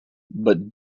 but